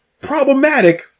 problematic